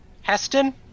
Heston